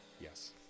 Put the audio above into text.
Yes